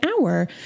hour